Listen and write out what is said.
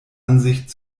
ansicht